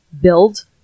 build